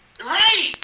Right